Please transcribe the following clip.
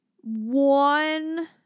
one